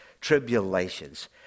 tribulations